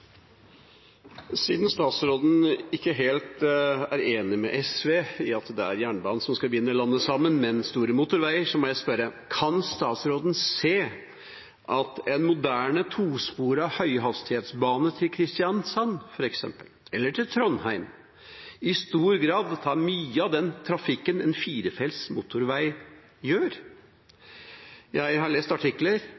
Siden statsråden ikke helt er enig med SV i at det er jernbanen som skal binde landet sammen, men store motorveier, må jeg spørre: Kan statsråden se at en moderne tosporet høyhastighetsbane, til f.eks. Kristiansand eller Trondheim, i stor grad tar mye av den trafikken en firefelts motorvei gjør?